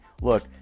look